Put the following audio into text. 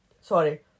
sorry